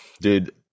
dude